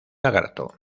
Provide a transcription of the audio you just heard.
lagarto